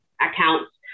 accounts